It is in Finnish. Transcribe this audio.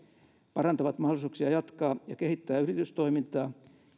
parantavat mahdollisuuksia jatkaa ja kehittää yritystoimintaa